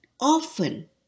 often